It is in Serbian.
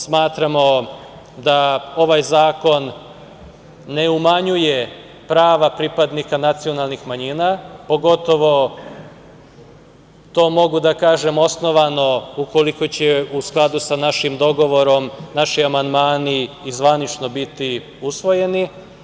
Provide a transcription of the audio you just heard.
Smatramo da ovaj zakon ne umanjuje prava pripadnika nacionalnih manjina, pogotovo to mogu da kažem osnovano ukoliko će u skladu sa našim dogovorom naši amandmani i zvanično biti usvojeni.